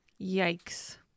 Yikes